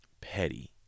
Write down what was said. petty